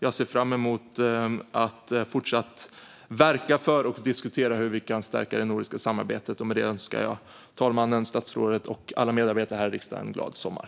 Jag ser fram emot att fortsätta verka för och diskutera hur vi kan stärka det nordiska samarbetet. Jag önskar talmannen, statsrådet och alla medarbetare här i riksdagen en glad sommar.